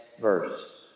verse